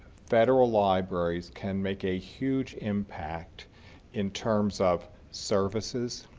federal libraries can make a huge impact in terms of services,